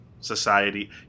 society